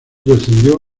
descendió